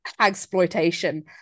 exploitation